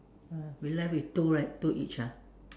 uh we left with two right two each ah